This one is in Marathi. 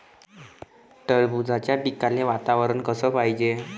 टरबूजाच्या पिकाले वातावरन कस पायजे?